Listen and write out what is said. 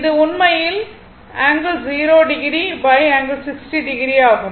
இது உண்மையில் ∠0o ∠60o ஆகும்